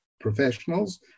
professionals